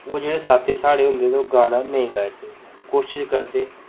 ओह् साथी जेह्ड़े साढ़े होंदे ओह् गाना नेईं गाई सकदे कोशिश करदे